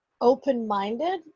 open-minded